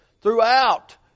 throughout